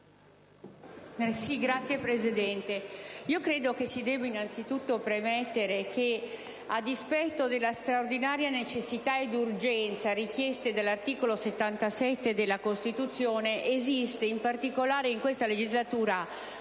Signor Presidente, credo che si debba innanzitutto premettere che, a dispetto della straordinaria necessità ed urgenza richieste dall'articolo 77 della Costituzione, esiste, in particolare in questa legislatura,